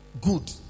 good